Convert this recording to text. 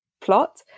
plot